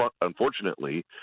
unfortunately